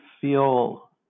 feel